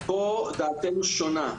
פה דעתנו שונה.